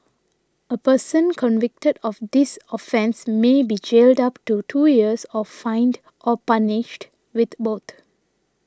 a person convicted of this offence may be jailed up to two years or fined or punished with both